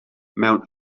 mewn